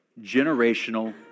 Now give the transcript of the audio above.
generational